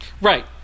right